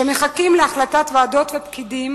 שמחכים להחלטת ועדות ופקידים